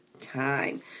time